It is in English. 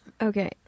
Okay